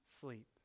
sleep